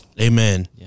Amen